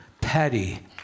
Patty